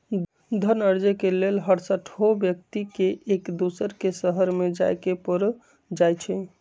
धन अरजे के लेल हरसठ्हो व्यक्ति के एक दोसर के शहरमें जाय के पर जाइ छइ